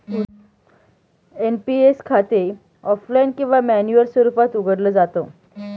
NPS खाते offline किंवा manual स्वरूपात उघडलं जात